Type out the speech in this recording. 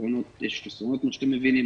יש חסרונות, כמו שאתם מבינים.